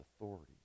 authority